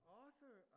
author